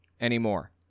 anymore